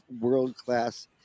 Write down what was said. world-class